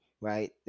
right